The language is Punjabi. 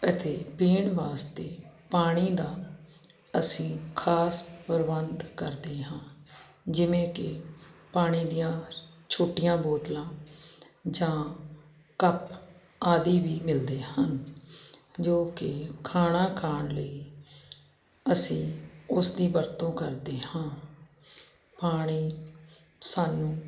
ਅਤੇ ਪੀਣ ਵਾਸਤੇ ਪਾਣੀ ਦਾ ਅਸੀਂ ਖਾਸ ਪ੍ਰਬੰਧ ਕਰਦੇ ਹਾਂ ਜਿਵੇਂ ਕਿ ਪਾਣੀ ਦੀਆਂ ਛੋਟੀਆਂ ਬੋਤਲਾਂ ਜਾਂ ਕੱਪ ਆਦੀ ਵੀ ਮਿਲਦੇ ਹਨ ਜੋ ਕਿ ਖਾਣਾ ਖਾਣ ਅਸੀਂ ਉਸਦੀ ਵਰਤੋਂ ਕਰਦੇ ਹਾਂ ਪਾਣੀ ਸਾਨੂੰ